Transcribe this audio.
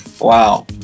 wow